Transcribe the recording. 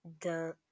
dun